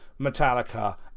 metallica